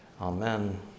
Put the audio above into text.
Amen